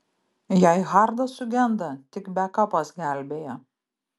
jei hardas sugenda tik bekapas gelbėja